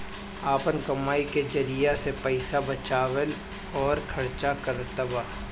आपन कमाई के जरिआ से पईसा बचावेला अउर खर्चा करतबा